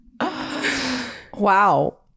Wow